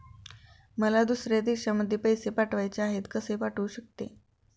मला दुसऱ्या देशामध्ये पैसे पाठवायचे आहेत कसे पाठवू शकते?